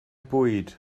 bwyd